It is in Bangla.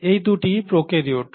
এই দুটি প্রোক্যারিওট